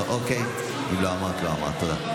אוקיי, אם לא אמרה, לא אמרה.